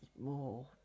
more